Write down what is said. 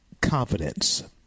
confidence